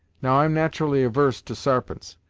now, i'm nat'rally avarse to sarpents,